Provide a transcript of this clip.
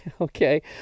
Okay